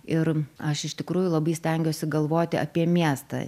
ir aš iš tikrųjų labai stengiuosi galvoti apie miestą